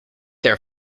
their